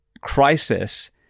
crisis